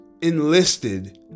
enlisted